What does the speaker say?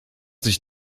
sich